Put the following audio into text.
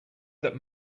that